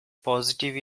positive